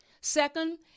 Second